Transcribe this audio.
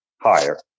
higher